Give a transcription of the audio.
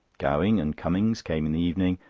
gowing and cummings came in the evening,